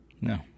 No